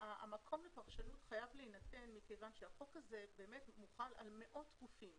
המקום לפרשנות חייב להינתן מכיוון שהחוק הזה מוחל על מאות גופים.